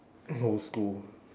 whole school